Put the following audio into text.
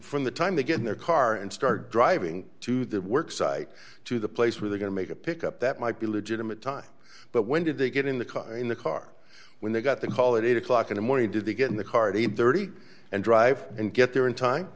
from the time they get in their car and start driving to their work site to the place where they're going to make a pick up that might be a legitimate time but when did they get in the car in the car when they got the call at eight o'clock in the morning did they get in the car to eight hundred and thirty and drive and get there in time